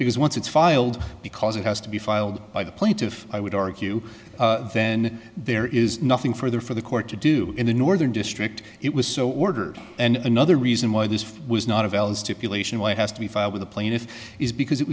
because once it's filed because it has to be filed by the plaintiff i would argue then there is nothing further for the court to do in the northern district it was so ordered and another reason why this was not a valid stipulation why it has to be filed with the plaintiff is because it